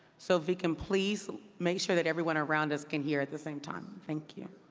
so if we can please make sure that everyone around us can hear at the same time. thank you.